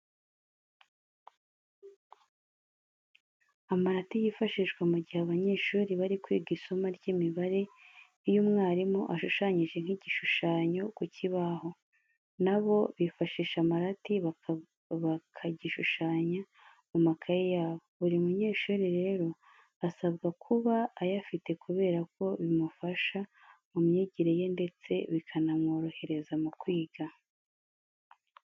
Amarati yifashishwa mu gihe abanyeshuri bari kwiga isomo ry'imibare. Iyo mwarimu ashushanyije nk'igishushanyo ku kibaho, na bo bifashisha amarati bakagishushanya mu makayi yabo. Buri munyeshuri rero, asabwa kuba ayafite kubera ko bimufasha mu myigire ye ndetse bikanamworohereza mu kwiga.